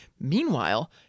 Meanwhile